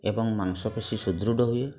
ଏବଂ ମାଂସପେଶୀ ସୁଦୃଢ଼ ହୁଏ